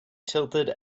tilted